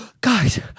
guys